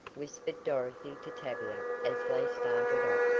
whispered dorothy to tavia as they started off,